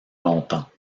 longtemps